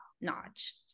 notch